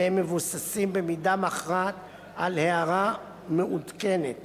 והם מבוססים במידה מכרעת על הארה מעודכנת